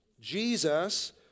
Jesus